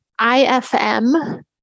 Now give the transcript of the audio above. ifm